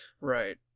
Right